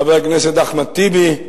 חבר הכנסת אחמד טיבי,